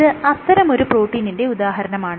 ഇത് അത്തരമൊരു പ്രോട്ടീനിന്റെ ഉദാഹരണമാണ്